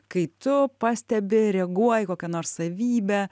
kai tu pastebi reaguoji į kokią nors savybę